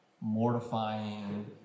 mortifying